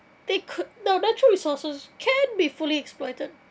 they could no natural resources can be fully exploited